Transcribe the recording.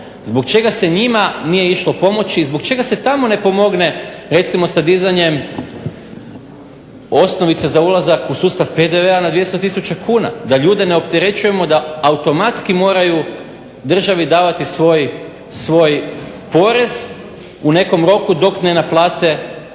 Zbog čega se njima nije išlo pomoći? Zbog čega se tamo ne pomogne recimo sa dizanjem osnovice za ulazak u sustav PDV-a na 200 tisuća kuna, da ljude ne opterećujemo da automatski moraju državi davati svoj porez u nekom roku dok ne naplate svoj